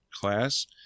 class